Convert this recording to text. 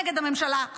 נגד הממשלה,